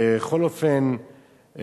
בכל אופן,